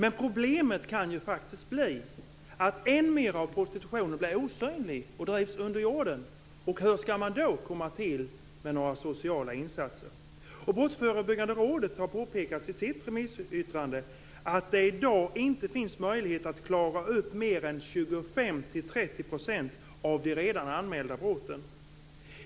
Ett problem är faktiskt att än mer av prostitutionen kan bli osynlig och drivas under jorden. Hur skall man då komma till med några sociala insatser? Brottsförebyggande rådet har i sitt remissyttrande påpekat att det i dag inte finns möjlighet att klara upp mer än 25-30 % av de redan anmälda brotten.